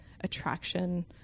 attraction